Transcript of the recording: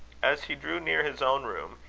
as he drew near his own room,